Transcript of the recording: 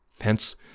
hence